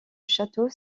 château